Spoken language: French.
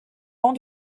grand